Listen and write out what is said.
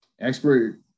expert